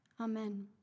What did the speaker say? Amen